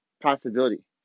possibility